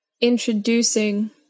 introducing